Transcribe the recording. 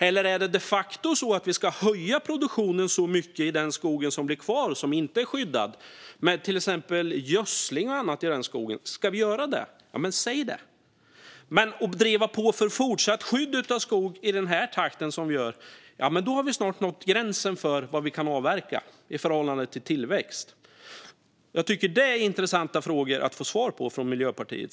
Eller är det de facto så att vi ska höja produktionen så mycket i den skog som är kvar och som inte är skyddad med till exempel gödsling och annat? Ska vi göra det? Säg det i så fall! Om man driver på för fortsatt skydd av skog i den här takten har vi snart nått gränsen för vad vi kan avverka i förhållande till tillväxt. Jag tycker att det är intressanta frågor att få svar på från Miljöpartiet.